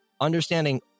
understanding